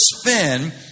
spin